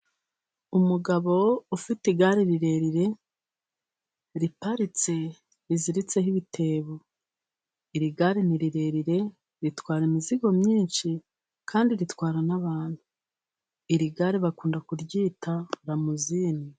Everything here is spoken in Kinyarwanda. Umugabo ufite igare rirerire; riparitse riziritseho ibitebo. Iri gare ni rirerire ritwara imizigo myinshi kandi ritwara n'abantu. Iri gare bakunda kuryita lamozinini.